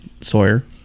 Sawyer